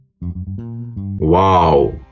Wow